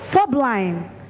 sublime